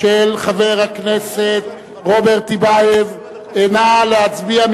של חבר הכנסת רוברט טיבייב, נא להצביע.